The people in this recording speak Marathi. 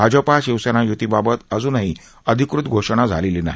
भाजपा शिवसेना य्ती बाबतही अजून अधिकृत घोषणा झालेली नाही